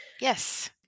Yes